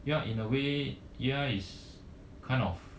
ya in a way ya is kind of